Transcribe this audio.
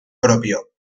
propio